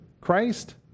Christ